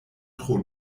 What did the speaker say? tro